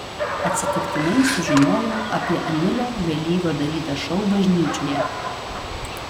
atsitiktinai sužinojau apie emilio vėlyvio darytą šou bažnyčioje